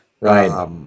right